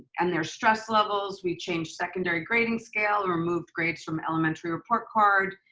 and their stress levels, we changed secondary grading scale, removed grades from elementary report card.